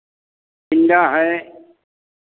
टिंडा है